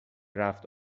رفت